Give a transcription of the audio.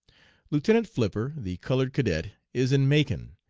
lieutenant flipper, the colored cadet, is in macon,